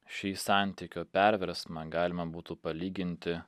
šį santykio perversmą galima būtų palyginti